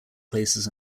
places